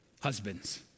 husbands